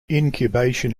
incubation